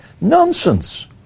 Nonsense